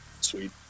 sweet